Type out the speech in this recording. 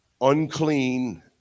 unclean